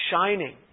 shining